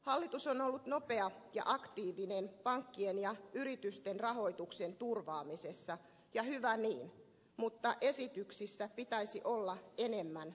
hallitus on ollut nopea ja aktiivinen pankkien ja yritysten rahoituksen turvaamisessa ja hyvä niin mutta esityksissä pitäisi olla enemmän vastikkeellisuutta